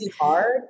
hard